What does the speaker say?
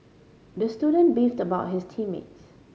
the student beefed about his team mates